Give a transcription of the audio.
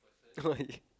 you know what I did